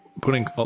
putting